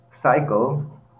cycle